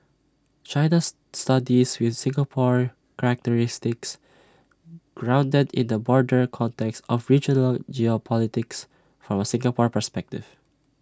China's studies with Singapore characteristics grounded in the broader context of regional geopolitics from A Singapore perspective